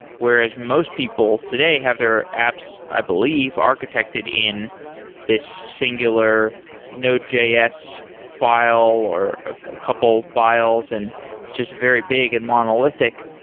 whereas most people today have their apps, i believe, architected in this singular node js file or a couple of files and it's just very big and monolithic.